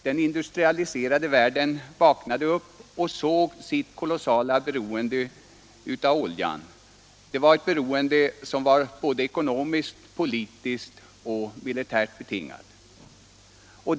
Den industrialiserade världen vaknade upp och såg sitt kolossala beroende av oljan, ett beroende som hade ekonomiska, politiska och militära konsekvenser.